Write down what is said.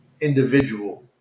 individual